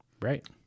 Right